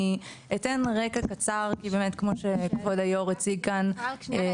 אני אתן רקע קצר כי כמו שכבוד היו"ר הציג כאן -- רק שנייה,